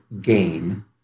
gain